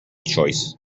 choice